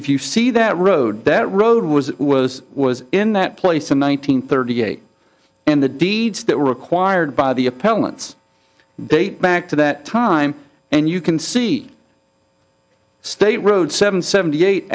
f you see that road that road was was was in that place in one nine hundred thirty eight and the deeds that were required by the appellants date back to that time and you can see state road seven seventy eight